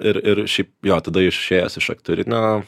ir ir šiaip jo tada išėjęs iš aktorinio